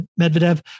Medvedev